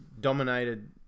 dominated